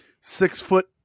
six-foot